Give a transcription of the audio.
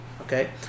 okay